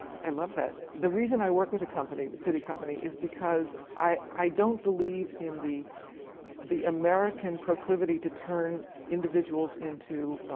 i love that. the reason i work with a company, the siti company, is because i don't believe in the the american proclivity to turn individuals into